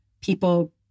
people